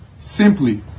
simply